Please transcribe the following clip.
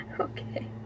Okay